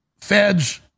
Feds